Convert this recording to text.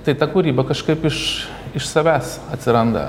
tai ta kūryba kažkaip iš iš savęs atsiranda